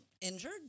injured